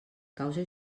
causa